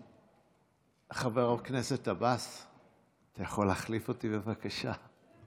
חבר הכנסת עבאס, אתה יכול להחליף אותי, בבקשה?